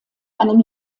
einem